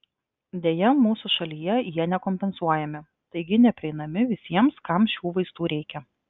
deja mūsų šalyje jie nekompensuojami taigi neprieinami visiems kam šių vaistų reikia